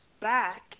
back